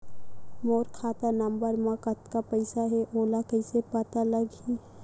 मोर खाता नंबर मा कतका पईसा हे ओला कइसे पता लगी?